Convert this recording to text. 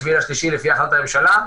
שאזרחי מדינת ישראל שאבא ואמא והילדים שלהם